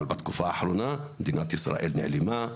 ובתקופה האחרונה מדינת ישראל נעלמה,